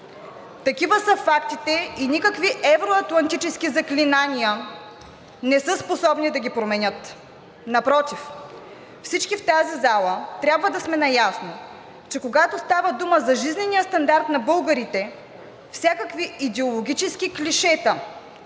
Такива са фактите и никакви евроатлантически заклинания не са способни да ги променят. Напротив, всички в тази зала трябва да сме наясно, че когато става дума за жизнения стандарт на българите, всякакви идеологически клишета,